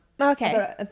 okay